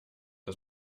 das